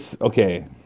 okay